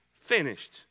finished